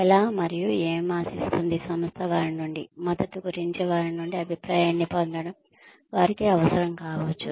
ఎలా మరియు ఏమి ఆశిస్తుంది సంస్థ వారి నుండి మద్దతు గురించి వారి నుండి అభిప్రాయాన్ని పొందడం వారికి అవసరం కావచ్చు